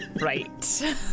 right